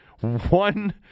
one